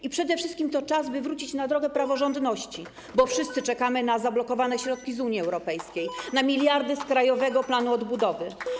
I przede wszystkim to czas, by wrócić na drogę praworządności, bo wszyscy czekamy na zablokowane środki z Unii Europejskiej, na miliardy z Krajowego Planu Odbudowy.